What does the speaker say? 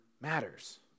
matters